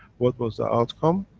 what was the outcome?